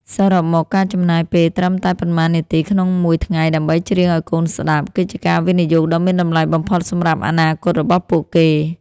សរុបមក ការចំណាយពេលត្រឹមតែប៉ុន្មាននាទីក្នុងមួយថ្ងៃដើម្បីច្រៀងឱ្យកូនស្តាប់ គឺជាការវិនិយោគដ៏មានតម្លៃបំផុតសម្រាប់អនាគតរបស់ពួកគេ។